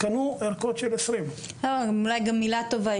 קנו ערכות של 20. אולי גם מילה טובה,